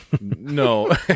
No